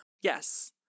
Yes